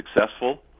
successful